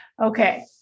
Okay